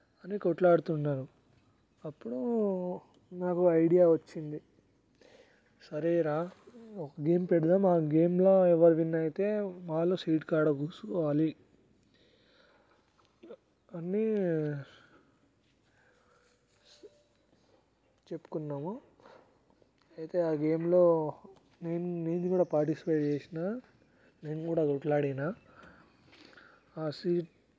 అని కొట్లాడుతున్నారు అప్పుడు నాకు ఒక ఐడియా వచ్చింది సరే రా ఒక గేమ్ పెడదాం ఆ గేమ్లో ఎవరు విన్ అయితే వాళ్ళు సీట్ కాడ కూర్చోవాలి అని చెప్పుకున్నాము అయితే ఆ గేమ్లో నేను నేను కూడా పాటిస్పేట్ చేసిన నేను కూడా కొట్లాడిన ఆ సీట్